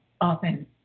often